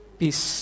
peace